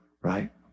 right